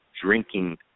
drinking